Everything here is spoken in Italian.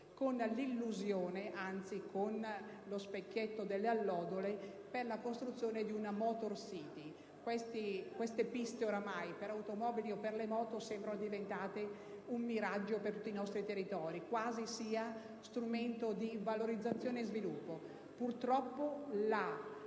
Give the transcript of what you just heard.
con l'illusione, anzi con lo specchietto delle allodole della costruzione di una *motor city*. Le piste per le automobili o per le moto sembrano ormai diventate un miraggio per tutti i nostri territori, quasi si tratti di strumenti di valorizzazione e sviluppo. Purtroppo la